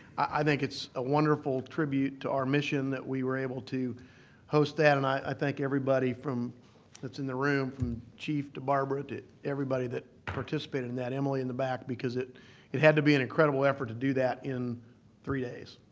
i think it's a wonderful tribute to our mission that we were able to host that and i thank everybody that's in the room from chief to barbara to everybody that participated in that. emily in the back. because it it had to be an incredible effort to do that in three days.